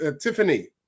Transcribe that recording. Tiffany